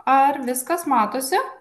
ar viskas matosi